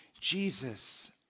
Jesus